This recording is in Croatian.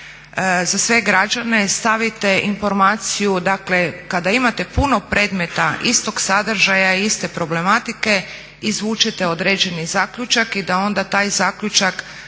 za sve građane stavite informaciju dakle kada imate puno predmeta istog sadržaja i iste problematike izvučete određeni zaključak i da onda taj zaključak